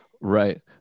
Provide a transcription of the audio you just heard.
Right